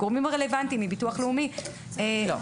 הגורמים הרלוונטיים מביטוח לאומי אמרו